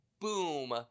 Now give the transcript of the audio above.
Boom